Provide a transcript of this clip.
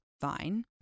fine